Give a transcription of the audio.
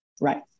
Right